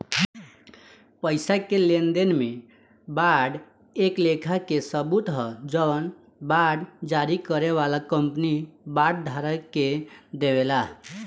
पईसा के लेनदेन में बांड एक लेखा के सबूत ह जवन बांड जारी करे वाला कंपनी बांड धारक के देवेला